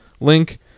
link